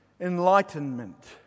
Enlightenment